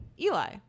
Eli